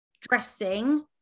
dressing